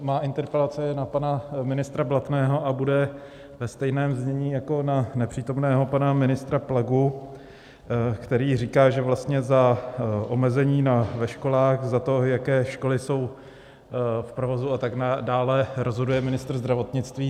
Má interpelace je na pana ministra Blatného a bude ve stejném znění jako na nepřítomného pana ministra Plagu, který říká, že vlastně za omezení ve školách, za to, jaké školy jsou v provozu a tak dále, rozhoduje ministr zdravotnictví.